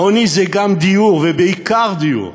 עוני זה גם דיור, ובעיקר דיור.